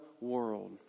world